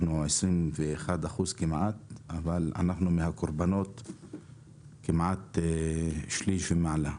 אנחנו כמעט 21% אבל מבחינת הקורבנות אנחנו שליש ומעלה.